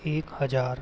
एक हज़ार